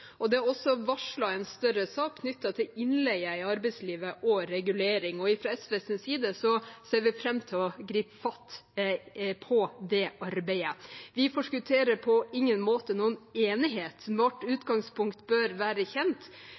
Det er også varslet en større sak knyttet til innleie i arbeidslivet og regulering. Fra SVs side ser vi fram til å gripe fatt i det arbeidet. Vi forskutterer på ingen måte noen enighet, men vårt utgangspunkt bør være kjent,